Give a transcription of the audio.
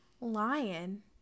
lion